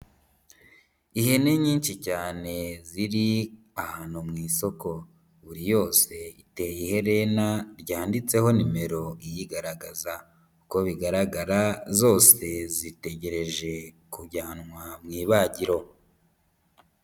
Ihene nyinshi cyane ziri ahantu mu isoko, buri yose iteye iherena ryanditseho nimero iyigaragaza, uko bigaragara zose zitegereje kujyanwa mu ibagiro.